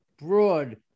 broad